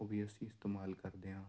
ਉਹ ਵੀ ਅਸੀਂ ਇਸਤੇਮਾਲ ਕਰਦੇ ਹਾਂ